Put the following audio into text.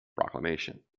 proclamation